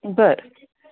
बरं